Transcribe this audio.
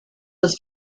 was